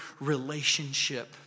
relationship